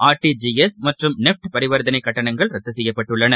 R T G S மற்றும் NEFT பரிவர்த்தனைகட்டணங்கள் ரத்துசெய்யப்பட்டுள்ளன